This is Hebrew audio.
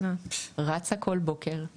רצה כל בוקר,